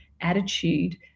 attitude